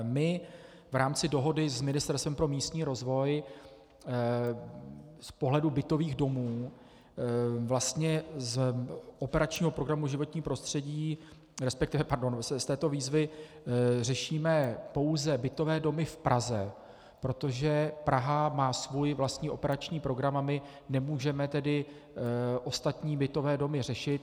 My v rámci dohody s Ministerstvem pro místní rozvoj z pohledu bytových domů vlastně z operačního programu Životní prostředí, resp. pardon, z této výzvy řešíme pouze bytové domy v Praze, protože Praha má svůj vlastní operační program a my nemůžeme ostatní bytové domy řešit.